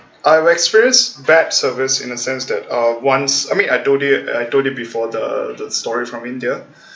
I've experienced bad service in a sense that uh once I mean I told you I told you before the the story from india